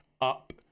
up